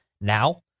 now